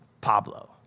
Pablo